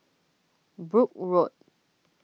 Brooke Road